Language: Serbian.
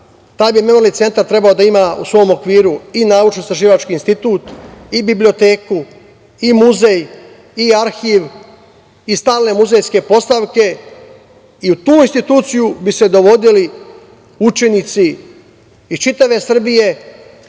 NDH.Taj memorijalni centar bi trebao da ima u svom okviru i naučno-istraživački institut i biblioteku i muzej i arhiv i stalne muzejske postavke i u tu instituciju bi se dovodili učenici iz čitave Srbije,